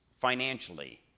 financially